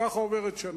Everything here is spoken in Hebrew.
ככה עוברת שנה.